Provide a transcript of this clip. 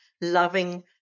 loving